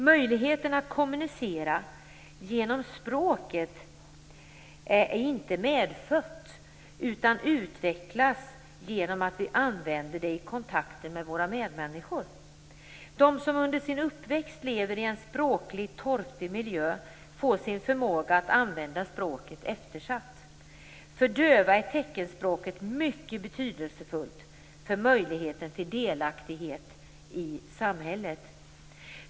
Möjligheterna att kommunicera genom språket är inte medfött utan utvecklas genom att vi använder det i kontakten med våra medmänniskor. De som under sin uppväxt lever i en språkligt torftig miljö får sin förmåga att använda språket eftersatt. För döva är teckenspråket mycket betydelsefullt för möjligheten till delaktighet i samhället.